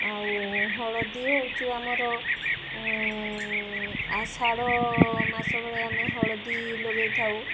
ଆଉ ହଳଦୀ ହେଉଛି ଆମର ଆଷାଢ଼ ମାସ ବେଳେ ଆମେ ହଳଦୀ ଲଗାଇ ଥାଉ